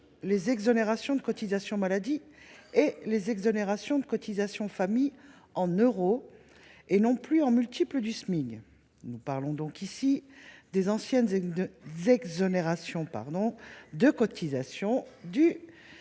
les exonérations de cotisations maladie et les exonérations de cotisations famille en euros, et non plus en multiples du Smic. Nous parlons donc ici des anciennes exonérations de cotisations du CICE.